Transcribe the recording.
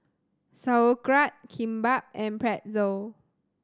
Sauerkraut Kimbap and Pretzel